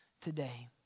today